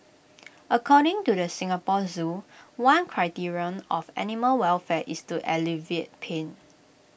according to the Singapore Zoo one criterion of animal welfare is to alleviate pain